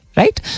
right